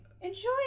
Enjoy